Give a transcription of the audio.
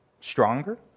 stronger